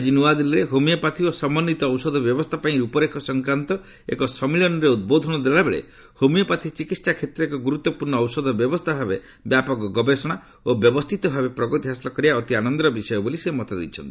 ଆଜି ନୂଆଦିଲ୍ଲୀରେ ହୋମିଓପ୍ୟାଥି ଓ ସମନ୍ୱିତ ଔଷଧ ବ୍ୟବସ୍ଥା ପାଇଁ ରୂପରେଖ ସଂକ୍ରାନ୍ତ ଏକ ସମ୍ମଳନୀରେ ଉଦ୍ବୋଧନ ଦେଲାବେଳେ ହୋମିଓପ୍ୟାଥି ଚିକିତ୍ସା କ୍ଷେତ୍ରରେ ଏକ ଗୁରୁତ୍ୱପୂର୍ଣ୍ଣ ଔଷଧ ବ୍ୟବସ୍ଥା ଭାବେ ବ୍ୟାପକ ଗବେଷଣା ଓ ବ୍ୟବସ୍ଥିତ ଭାବେ ପ୍ରଗତି ହାସଲ କରିବା ଅତି ଆନନ୍ଦର ବିଷୟ ବୋଲି ସେ ମତ ଦେଇଛନ୍ତି